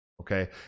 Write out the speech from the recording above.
okay